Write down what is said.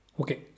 Okay